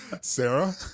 Sarah